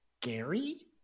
Gary